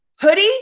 Hoodie